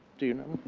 do you know?